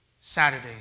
Saturday